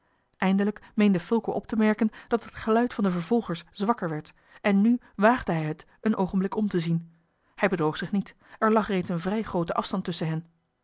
eindelijk meende fulco op te merken dat het geluid van de vervolgers zwakker werd en nu waagde hij het een oogenblik om te zien hij bedroog zich niet er lag reeds een vrij groote afstand tusschen hen